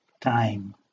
time